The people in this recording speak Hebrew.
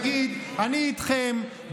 ותגיד: אני איתכם.